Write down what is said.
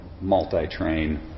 multi-train